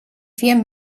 vier